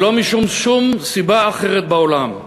ולא משום סיבה אחרת בעולם,